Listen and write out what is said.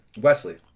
Wesley